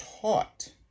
taught